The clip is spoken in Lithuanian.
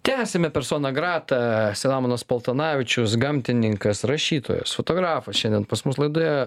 tęsiame persona grata selemonas paltanavičius gamtininkas rašytojas fotografas šiandien pas mus laidoje